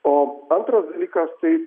o antras dalykas tai